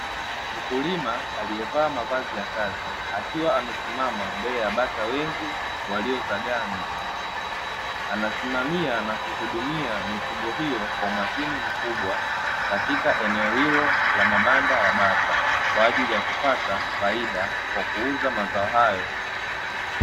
Mkulima aliyevaa mavazi ya kazi akiwa amesimama mbele ya bata wengi waliozagaa nje. Anasimami na kuhudumia migugo hiyo kwa umakini mkubwa katika eneo hilo la mabanda ya bata kwa ajili ya kupata faida kwa kuuza mazao hayo.